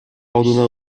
ordonna